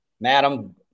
Madam